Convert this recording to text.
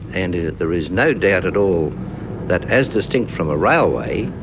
and there is no doubt at all that as distinct from a railway,